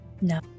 No